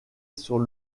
sur